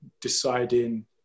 deciding